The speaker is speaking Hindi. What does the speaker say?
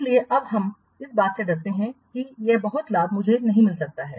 इसलिए आप इस बात से डरते हैं कि यह बहुत लाभ मुझे नहीं मिल सकता है